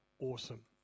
awesome